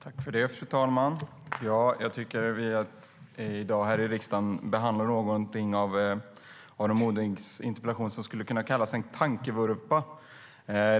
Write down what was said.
Fru talman! Vi behandlar i dag i riksdagen något i Aron Modigs interpellation som skulle kunna kallas för en tankevurpa.